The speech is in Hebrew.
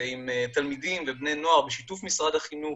זה עם תלמידים ובני נוער בשיתוף משרד החינוך,